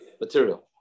material